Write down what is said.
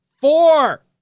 Four